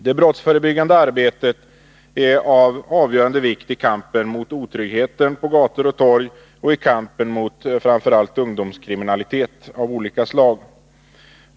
Det brottsförebyggande arbetet är av avgörande vikt i kampen mot otryggheten på gator och torg och framför allt i kampen mot ungdomskriminalitet av olika slag.